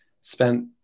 spent